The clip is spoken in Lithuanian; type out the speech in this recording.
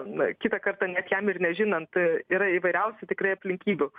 na kitą kartą net jam ir nežinant yra įvairiausių tikrai aplinkybių